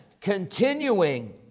continuing